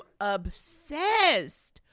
obsessed